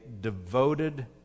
devoted